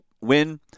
win